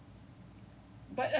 donate like seventy dollars right